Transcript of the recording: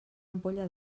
ampolla